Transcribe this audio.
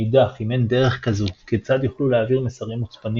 מאידך אם אין דרך כזו כיצד יוכלו להעביר מסרים מוצפנים